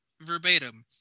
verbatim